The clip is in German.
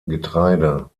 getreide